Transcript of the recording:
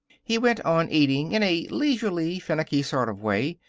he went on eating in a leisurely, finicking sort of way,